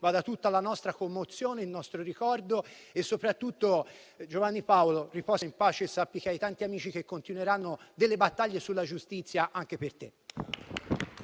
vadano tutta la nostra commozione e il nostro ricordo. Giovanni Paolo, riposa in pace e sappi che hai tanti amici, che continueranno le battaglie sulla giustizia anche per te.